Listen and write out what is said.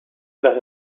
las